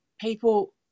people